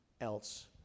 else